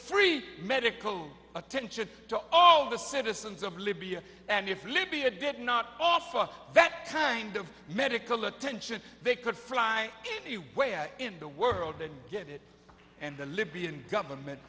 free medical attention to all of the citizens of libya and if libya did not offer that kind of medical attention they could fly anywhere in the world and get it and the libyan government